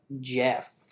Jeff